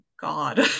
god